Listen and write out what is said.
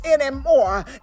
anymore